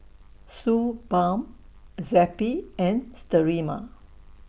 Suu Balm Zappy and Sterimar